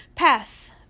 pass